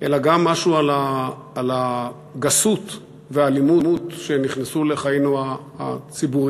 אלא גם משהו על הגסות והאלימות שנכנסו לחיינו הציבוריים,